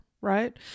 right